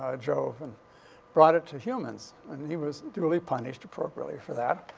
ah jove, and brought it to humans. and he was duly punished appropriately for that.